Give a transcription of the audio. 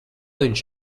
viņš